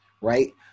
right